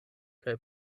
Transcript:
kaj